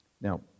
now